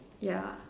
yeah